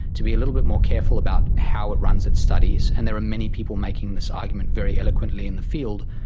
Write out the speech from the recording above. to be a little bit more careful about how it runs its studies, and there are many people making this argument very eloquently in the field,